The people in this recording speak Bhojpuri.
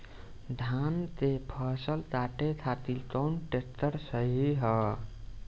धान के फसल काटे खातिर कौन ट्रैक्टर सही ह?